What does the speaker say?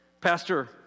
Pastor